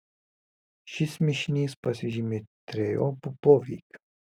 šis mišinys pasižymi trejopu poveikiu